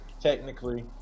technically